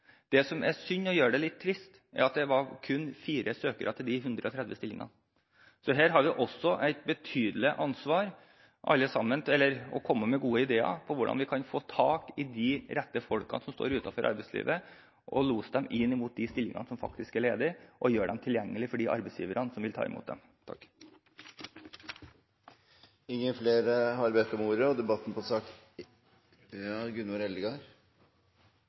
Det som er synd, og som gjør det litt trist, er at det var kun fire søkere til de 130 stillingene. Så her har vi også et betydelig ansvar alle sammen for å komme med gode ideer til hvordan vi kan få tak i de rette folkene som står utenfor arbeidslivet, lose dem inn i de stillingene som faktisk er ledige, og gjøre dem tilgjengelige for de arbeidsgiverne som vil ta imot dem. Det blir replikkordskifte. Først har